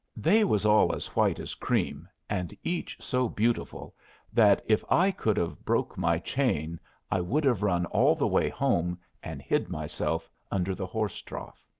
they was all as white as cream, and each so beautiful that if i could have broke my chain i would have run all the way home and hid myself under the horse trough.